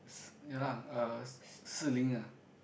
s~ ya lah uh S~ Shi-lin ah